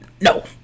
No